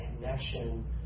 connection